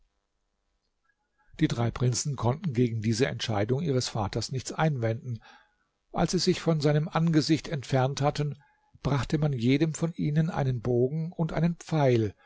die drei prinzen konnten gegen diese entscheidung ihres vaters nichts einwenden als sie sich von seinem angesicht entfernt hatten brachte man jedem von ihnen einen bogen und einen pfeil